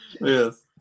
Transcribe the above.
Yes